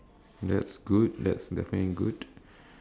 that's good that's definitely good